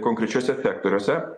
konkrečiuose sektoriuose